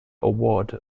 award